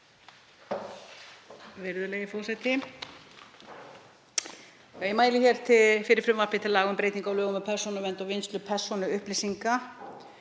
Virðulegi forseti. Ég mæli hér fyrir frumvarpi til laga um breytingu á lögum um persónuvernd og vinnslu persónuupplýsinga,